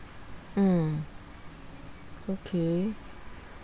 mm okay